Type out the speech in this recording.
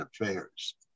Affairs